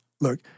Look